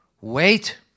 wait